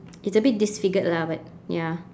it's a bit disfigured lah but ya